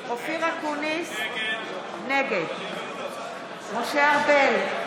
אופיר אקוניס, נגד משה ארבל,